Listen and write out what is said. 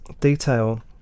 detail